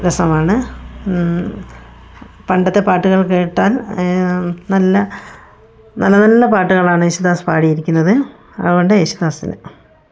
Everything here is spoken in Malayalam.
രസമാണ് പണ്ടത്തെ പാട്ടുകൾ കേട്ടാൽ നല്ല നല്ല നല്ല പാട്ടുകളാണ് യേശുദാസ് പാടിയിരിക്കുന്നത് അതുകൊണ്ട് യേശുദാസിനെ